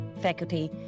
faculty